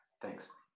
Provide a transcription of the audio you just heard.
Thanks